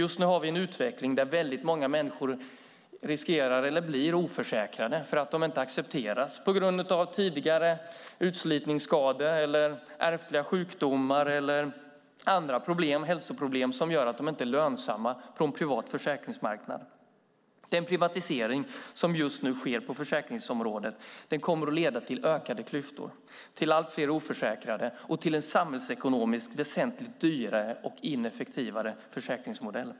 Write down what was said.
Just nu har vi en utveckling där väldigt många människor blir eller riskerar att bli oförsäkrade för att de inte accepteras; tidigare utslitningsskador, ärftliga sjukdomar eller andra hälsoproblem gör att de inte är lönsamma på en privat försäkringsmarknad. Den privatisering som just nu sker på försäkringsområdet kommer att leda till ökade klyftor, till allt fler oförsäkrade och till en samhällsekonomiskt väsentligt dyrare och ineffektivare försäkringsmodell.